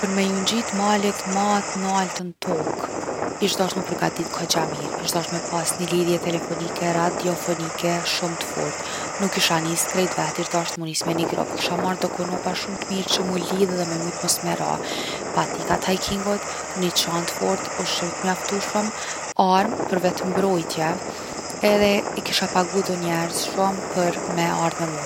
Për me ju ngjit malit ma t’nalt n’tokë, ish dasht mu përgadit kogja mirë. Ish dasht me pas ni lidhje telefonike, radiofonike shumë t’fort. Nuk isha nis krejt vet, ish dasht mu nis me ni grup. I kisha marr do konopa shumë t’mirë që mu lidh edhe me mujt mos me ra. Patika t’hiking-ut, ni çantë t’forte, ushqim t’mjaftushëm, armë për vetëmbrojtje edhe i kisha pagu do njerz shumë për me ardh me mu.